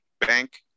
bank